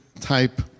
type